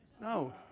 No